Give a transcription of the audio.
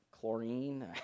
chlorine